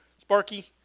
Sparky